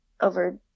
over